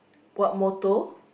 what motto